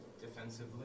Defensively